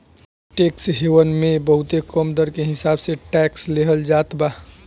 tax haven मे बहुते कम दर के हिसाब से टैक्स लेहल जात बा